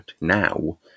now